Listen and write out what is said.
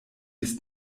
ist